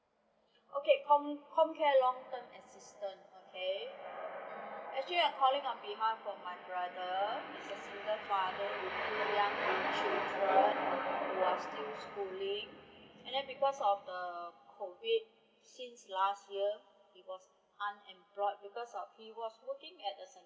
okay com comcare long term assistance okay actually I'm calling on behalf for my brother he is a single father with two young children who are still schooling and then because of the COVID since last year he was unemployed because of he was working at a sentosa